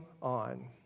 on